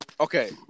Okay